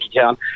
Town